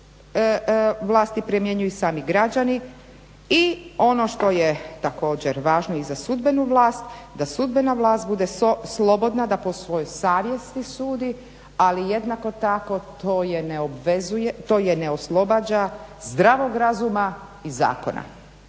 vlasti primjenjuju i sami građani. I ono što je također važno i za sudbenu vlast da sudbena vlast bude slobodna da po svojoj savjesti sudi, ali jednako tako to je ne oslobađa zdravog razuma i zakona.